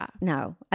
No